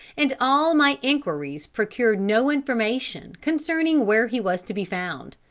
and all my inquiries procured no information concerning where he was to be found.